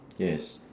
yes